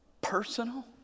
personal